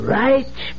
right